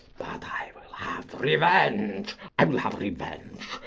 i will have revenge i will have revenge.